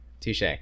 Touche